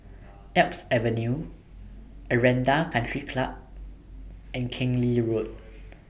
Alps Avenue Aranda Country Club and Keng Lee Road